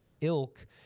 ilk